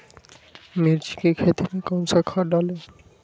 मिर्च की खेती में कौन सा खाद डालें?